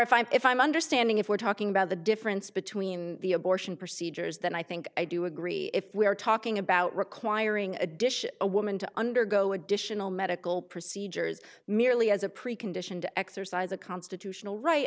if i'm if i'm understanding if we're talking about the difference between the abortion procedures then i think i do agree if we are talking about requiring additional a woman to undergo additional medical procedures merely as a precondition to exercise a constitutional right